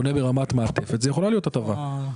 שקונה ברמת מעטפת זו יכולה להיות הטבה עבורו.